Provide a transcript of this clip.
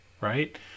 right